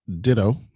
ditto